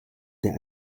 der